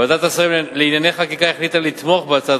ועדת השרים לענייני חקיקה החליטה לתמוך בהצעת